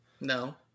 No